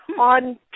on